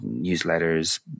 newsletters